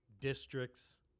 districts